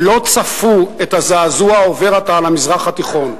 לא צפו את הזעזוע העובר עתה על המזרח התיכון.